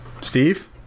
Steve